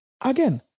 Again